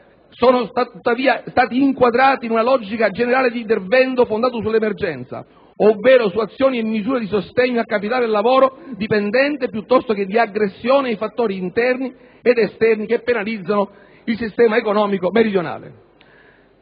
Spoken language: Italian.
tuttavia inquadrati in una logica generale di intervento fondata sull'emergenza, ovvero su azioni e misure di sostegno al capitale ed al lavoro dipendente piuttosto che di aggressione ai fattori interni ed esterni che penalizzano il sistema economico meridionale.